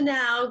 now